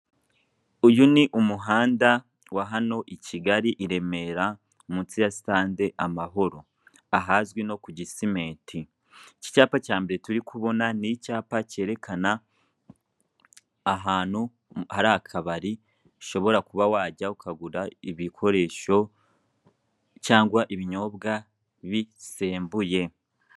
Uyu ni umuhanda wa hano i Kigali i Remera mu nsi ya sitade Amahoro, ahazwi no ku gisimeti, iki cyapa cya mbere turi kubona, ni icyapa cyerekana ahantu hari akabari ushobora kuba wajyaho ukagura ibikoresho cyangwa ibinyobwa bisembuye.